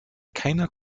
keiner